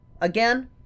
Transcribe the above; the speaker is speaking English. Again